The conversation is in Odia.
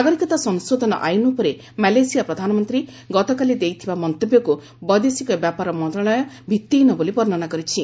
ନାଗରିକତା ସଂଶୋଧନ ଆଇନ ଉପରେ ମାଲେସିଆ ପ୍ରଧାନମନ୍ତ୍ରୀ ଗତକାଲି ଦେଇଥିବା ମନ୍ତବ୍ୟକୁ ବୈଦେଶିକ ବ୍ୟାପାର ମନ୍ତ୍ରଣାଳୟ ଭିଭିହୀନ ବୋଲି ବର୍ଷନା କରିଛି